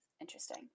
interesting